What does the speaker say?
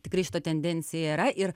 tikrai šita tendencija yra ir